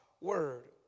word